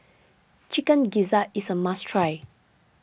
Chicken Gizzard is a must try